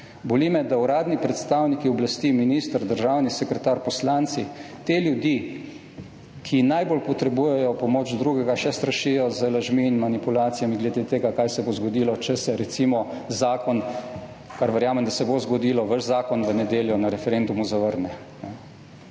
Boli me, da uradni predstavniki oblasti, minister, državni sekretar, poslanci te ljudi, ki najbolj potrebujejo pomoč drugega, še strašijo z lažmi in manipulacijami glede tega, kaj se bo zgodilo, če se recimo zakon, kar verjamem, da se bo zgodilo, vaš zakon v nedeljo na referendumu zavrne.